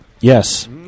Yes